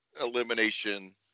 Elimination